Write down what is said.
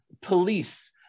police